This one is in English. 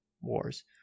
wars